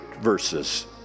verses